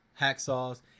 Hacksaws